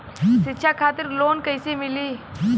शिक्षा खातिर लोन कैसे मिली?